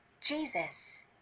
Jesus